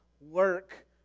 work